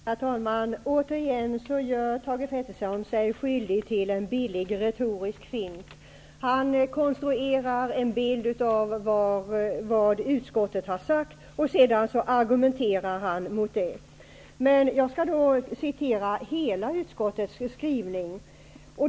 Herr talman! Återigen gör Thage G Peterson sig skyldig till en billig retorisk fint. Han konstruerar en bild av vad utskottet har sagt, och sedan argumenterar han mot den. Jag skall citera utskottets skrivning.